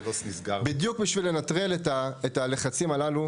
בדיוק בשביל לנטרל את הלחצים הללו.